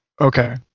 Okay